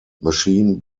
machine